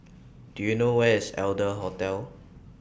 Do YOU know Where IS Adler Hostel